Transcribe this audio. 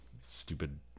stupid